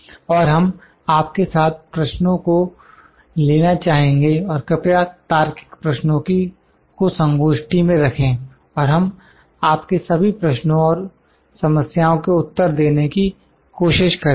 और हम आपके साथ प्रश्नों को लेना चाहेंगे और कृपया तार्किक प्रश्नों को संगोष्ठी में रखें और हम आपके सभी प्रश्नों और समस्याओं के उत्तर देने की कोशिश करेंगे